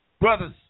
brothers